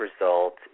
result